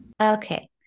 Okay